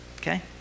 Okay